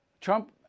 Trump